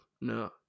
No